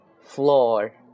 Floor